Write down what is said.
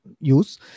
use